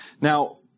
Now